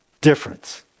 difference